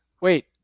Wait